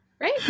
Right